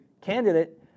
candidate